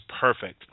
perfect